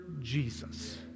Jesus